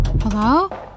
Hello